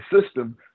system